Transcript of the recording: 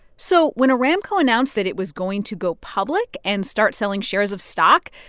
so when aramco announced that it was going to go public and start selling shares of stock,